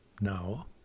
now